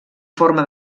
forma